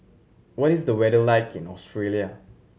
what is the weather like in Australia